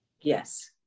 Yes